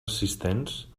assistents